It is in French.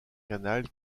canal